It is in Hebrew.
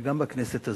גם בכנסת הזאת,